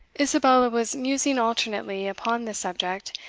isabella was musing alternately upon this subject,